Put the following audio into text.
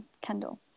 Kendall